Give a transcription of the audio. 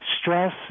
stress